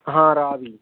ਹਾਂ ਰਾਵੀ